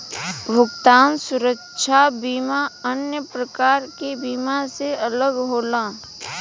भुगतान सुरक्षा बीमा अन्य प्रकार के बीमा से अलग होला